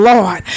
Lord